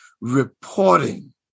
reporting